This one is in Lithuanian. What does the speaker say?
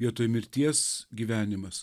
vietoj mirties gyvenimas